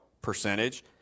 percentage